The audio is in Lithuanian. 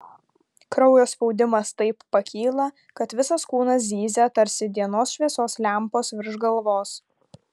kraujo spaudimas taip pakyla kad visas kūnas zyzia tarsi dienos šviesos lempos virš galvos